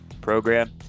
program